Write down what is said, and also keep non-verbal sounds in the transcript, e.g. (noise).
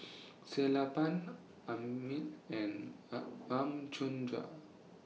Sellapan Amit and (hesitation) Ramchundra